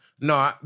no